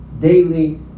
Daily